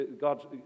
God